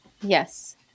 Yes